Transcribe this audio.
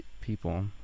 people